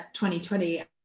2020